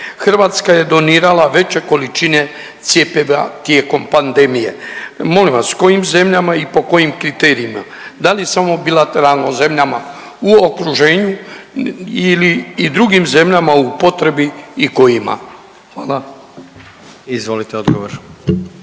Hrvatska je donirala veće količine cjepiva tijekom pandemije. Molim vas kojim zemljama i po kojim kriterijima? Da li samo bilateralno o zemljama u okruženju ili i drugim zemljama u potrebi i kojima? Hvala. **Jandroković,